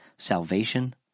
Salvation